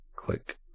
click